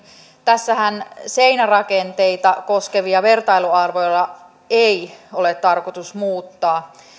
tässä esityksessähän seinärakenteita koskevia vertailuarvoja ei ole tarkoitus muuttaa